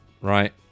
right